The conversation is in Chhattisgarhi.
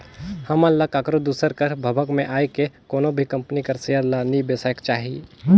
हमन ल काकरो दूसर कर भभक में आए के कोनो भी कंपनी कर सेयर ल नी बेसाएक चाही